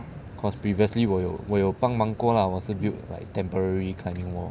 because previously 我有我有帮忙过啦我是 built like temporary climbing wall